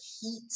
heat